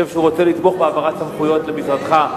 אני חושב שהוא רוצה לתמוך בהעברת סמכויות למשרדך,